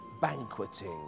banqueting